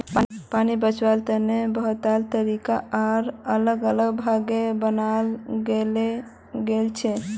पानी बचवार तने बहुतला तरीका आर अलग अलग भाग बनाल गेल छे